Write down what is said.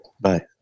Bye